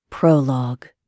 Prologue